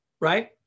Right